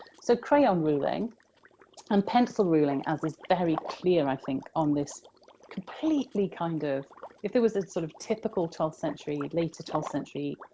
so, crayon ruling and pencil ruling, as is very clear, i think, on this completely, kind of if there was a sort of typical twelfth century, later twelfth century,